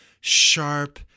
sharp